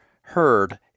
heard